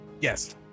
yes